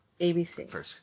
ABC